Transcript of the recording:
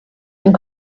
and